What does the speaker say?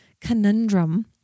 conundrum